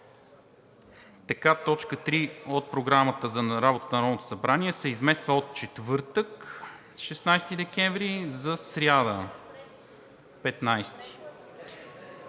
Точка трета от Програмата за работата на Народното събрание се измества от четвъртък – 16 декември 2021 г., за сряда – 15 декември